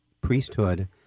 priesthood